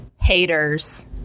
haters